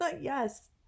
Yes